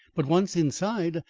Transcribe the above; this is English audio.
but once inside,